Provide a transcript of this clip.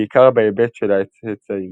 בעיקר בהיבט של הצאצאים.